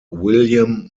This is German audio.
william